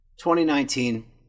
2019